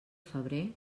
febrer